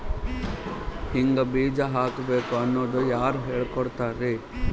ಹಿಂಗ್ ಬೀಜ ಹಾಕ್ಬೇಕು ಅನ್ನೋದು ಯಾರ್ ಹೇಳ್ಕೊಡ್ತಾರಿ?